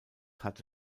hatte